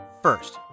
First